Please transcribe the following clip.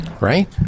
right